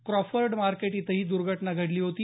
Crawford market इथं ही दर्घटना घडली होती